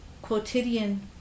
quotidian